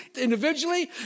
individually